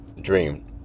Dream